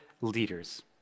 leaders